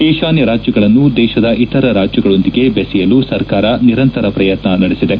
ಈಶಾನ್ನ ರಾಜ್ಲಗಳನ್ನು ದೇಶದ ಇತರ ರಾಜ್ಲಗಳೊಂದಿಗೆ ದೆಸೆಯಲು ಸರ್ಕಾರ ನಿರಂತರ ಪ್ರಯತ್ನ ನಡೆಸಿದೆ